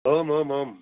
आम् आम् आम्